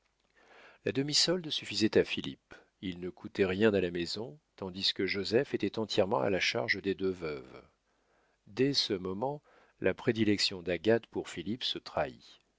la demi-solde suffisait à philippe il ne coûtait rien à la maison tandis que joseph était entièrement à la charge des deux veuves dès ce moment la prédilection d'agathe pour philippe se trahit